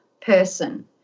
person